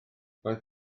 roedd